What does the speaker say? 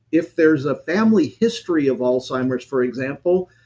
if there's a family history of alzheimer's for example,